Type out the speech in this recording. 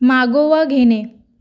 मागोवा घेणे